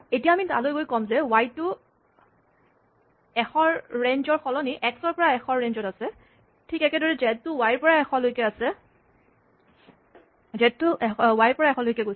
এতিয়া আমি তালৈ গৈ ক'ম যে ৱাই টো ১০০ ৰ ৰেঞ্জ ৰ সলনি এক্স ৰ পৰা ১০০ ৰ ৰেঞ্জ ত আছে ঠিক একেদৰেই জেড টো ৱাই ৰ পৰা ১০০ লৈকে গৈছে